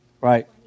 Right